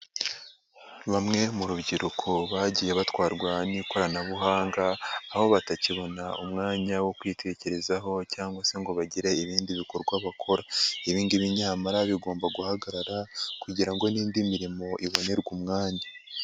Bamwe mu rubyiruko bagiye batwarwa n'ikoranabuhanga, aho batakibona umwanya wo kwitekerezaho cyangwa se ngo bagire ibindi bikorwa bakora. Ibingibi nyamara bigomba guhagarara kugira n'indi mirimo ibonerwe umwanya.